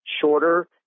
shorter